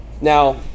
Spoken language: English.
Now